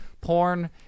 porn